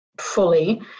fully